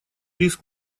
риск